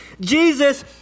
Jesus